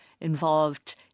involved